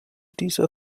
dieser